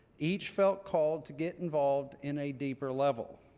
each felt called to get involved in a deeper level.